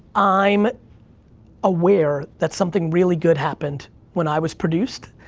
i'm aware that something really good happened when i was produced,